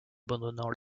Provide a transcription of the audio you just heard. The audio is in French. abandonnant